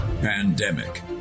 Pandemic